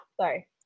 sorry